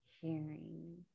hearing